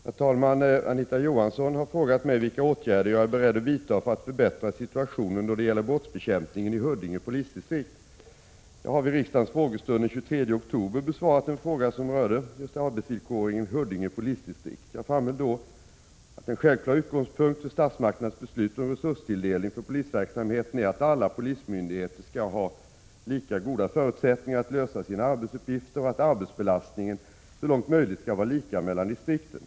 Herr talman! Anita Johansson har frågat mig vilka åtgärder jag är beredd att vidta för att förbättra situationen då det gäller brottsbekämpningen i Huddinge polisdistrikt. Jag har vid riksdagens frågestund den 23 oktober besvarat en fråga som rörde arbetsvillkoren i Huddinge polisdistrikt. Jag framhöll då att en självklar utgångspunkt för statsmakternas beslut om resurstilldelning för polisverksamheten är att alla polismyndigheter skall ha lika goda förutsättningar att lösa sina uppgifter och att arbetsbelastningen så långt möjligt skall var lika mellan distrikten.